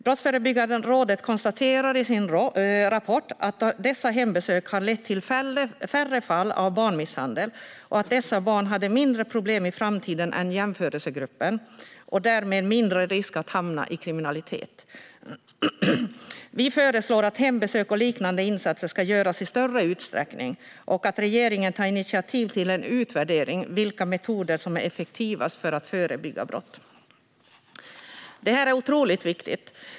Brottsförebyggande rådet konstaterar i sin rapport att dessa hembesök har lett till färre fall av barnmisshandel och att dessa barn hade mindre problem i framtiden än jämförelsegruppen och därmed mindre risk för att hamna i kriminalitet. Vi föreslår att hembesök och liknande insatser ska göras i större utsträckning och att regeringen ska ta initiativ till en utvärdering av vilka metoder som är effektivast för att förebygga brott. Det här är otroligt viktigt.